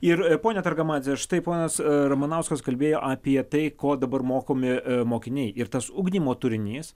ir ponia targamadze štai ponas ramanauskas kalbėjo apie tai ko dabar mokomi mokiniai ir tas ugdymo turinys